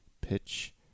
pitch